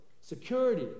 security